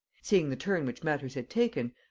seeing the turn which matters had taken,